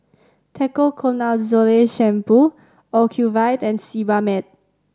Ketoconazole Shampoo Ocuvite and Sebamed